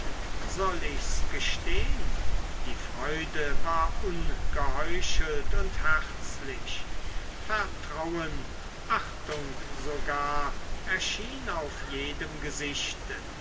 soll ichs gestehn die freude war ungeheuchelt und herzlich vertrauen achtung sogar erschien auf jedem gesichte